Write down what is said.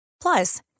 Plus